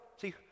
see